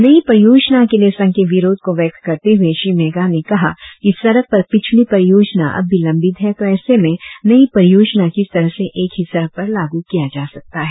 नई परियोजना के लिए संघ के विरोध को व्यक्त करते हुए श्री मेगा ने कहा कि इस सड़क पर पिछली परियोजना अब भी लंबित है तो ऐसे में नई परियोजना किस तरह से एक ही सड़क पर लागू किया जा सकता है